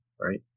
right